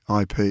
IP